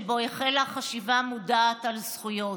שבו החלה חשיבה מודעת על זכויות.